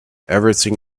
everything